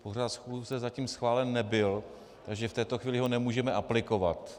Pořad schůze zatím schválen nebyl, takže v této chvíli ho nemůžeme aplikovat.